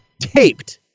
taped